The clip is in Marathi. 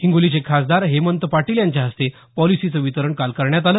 हिंगोलीचे खासदार हेमंत पाटील यांच्या हस्ते पॉलिसीचं वितरण करण्यात आलं